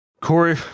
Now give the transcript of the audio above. Corey